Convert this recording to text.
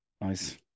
Nice